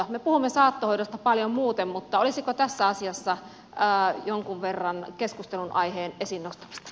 me puhumme saattohoidosta paljon muuten mutta olisiko tässä asiassa jonkin verran keskustelunaiheen esiinnostamista